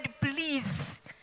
Please